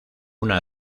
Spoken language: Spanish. una